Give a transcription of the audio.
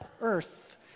earth